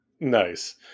Nice